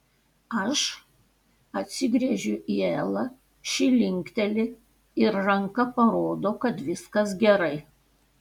aš atsigręžiu į elą ši linkteli ir ranka parodo kad viskas gerai